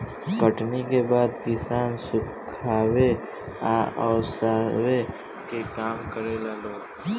कटनी के बाद किसान सुखावे आ ओसावे के काम करेला लोग